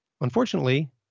Unfortunately